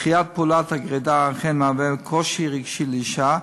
דחיית פעולת הגרידה אכן מהווה קושי רגשי לאישה,